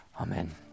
Amen